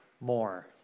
more